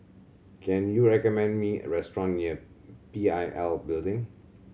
can you recommend me a restaurant near P I L Building